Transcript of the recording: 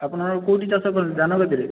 ଆପଣ ଆଉ କେଉଁଠି ଚାଷ କରନ୍ତି ଧାନଗଦୀରେ